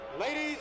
Ladies